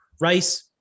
Rice